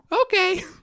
Okay